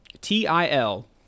T-I-L